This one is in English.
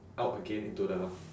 out again into the